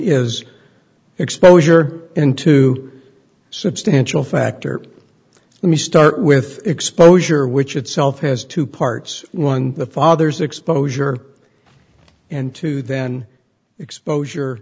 is exposure into substantial factor let me start with exposure which itself has two parts one the father's exposure and two then exposure